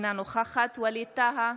אינה נוכחת ווליד טאהא,